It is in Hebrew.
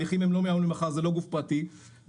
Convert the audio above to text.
ההליכים לא מהיום למחר זה לא גוף פרטי ושהצלחנו